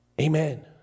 Amen